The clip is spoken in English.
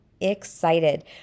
excited